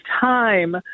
time